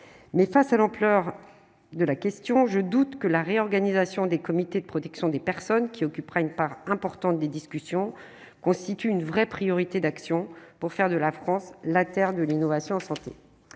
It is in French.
mais face à l'ampleur de la question, je doute que la réorganisation des comités de protection des personnes qui occupera une part importante des discussions constituent une vraie priorité d'action pour faire de la France, la terre de l'innovation santé